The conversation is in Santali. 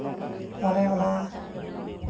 ᱢᱟᱱᱮ ᱚᱱᱟ